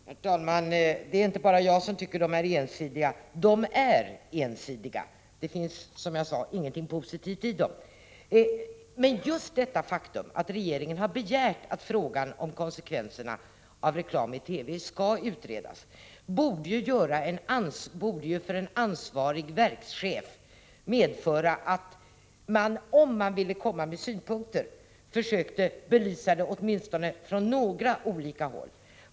Herr talman! Det är inte bara jag som tycker att argumenten är ensidiga. De är ensidiga — det finns, som jag sade, ingenting positivt i dem. Just det faktum att regeringen har begärt att frågan om konsekvenserna av reklam i TV skall utredas borde ju för en ansvarig verkschef medföra att man, om man ville framföra synpunkter, försökte belysa saken från åtminstone några olika håll.